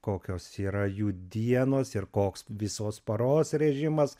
kokios yra jų dienos ir koks visos paros režimas